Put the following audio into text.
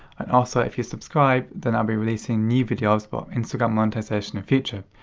and also if you subscribe, then i'll be releasing new videos about instagram monetization in future.